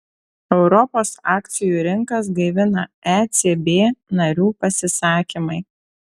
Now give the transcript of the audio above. europos akcijų rinkas gaivina ecb narių pasisakymai